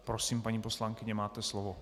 Prosím, paní poslankyně, máte slovo.